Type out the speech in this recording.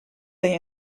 they